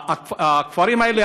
הכפרים האלה,